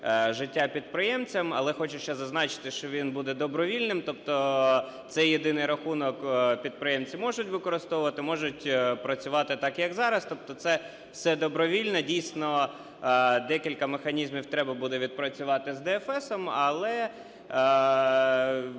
життя підприємцям, але хочу ще зазначити, що він буде добровільним. Тобто цей "єдиний рахунок" підприємці можуть використовувати, можуть працювати так, як зараз. Тобто це все добровільне. Дійсно, декілька механізмів треба буде відпрацювати з ДФСом, але